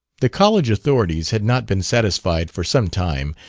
the college authorities had not been satisfied, for some time,